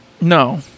No